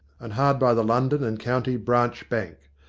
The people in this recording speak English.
and hard by the london and county branch bank.